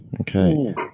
Okay